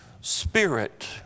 spirit